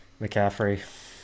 McCaffrey